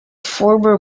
former